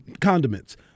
condiments